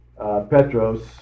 Petros